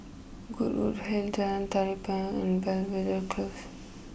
Goodwood Hill Jalan Tari Payong and Belvedere close